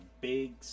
big